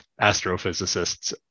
astrophysicists